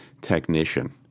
technician